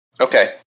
Okay